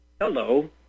Hello